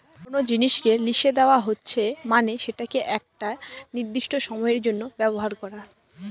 কোনো জিনিসকে লিসে দেওয়া হচ্ছে মানে সেটাকে একটি নির্দিষ্ট সময়ের জন্য ব্যবহার করা